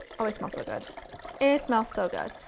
oh i smells so good. it smells so good.